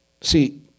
See